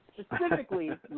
Specifically